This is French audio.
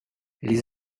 les